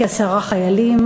כעשרה חיילים,